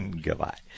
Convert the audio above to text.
Goodbye